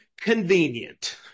convenient